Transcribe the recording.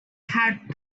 had